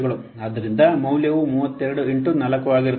ಆದ್ದರಿಂದ ಮೌಲ್ಯವು 32 ಇಂಟು 4 ಆಗಿರುತ್ತದೆ